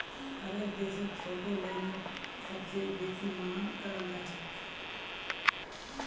हरेक देशत छोटो लोनेर सबसे बेसी मांग कराल जाछेक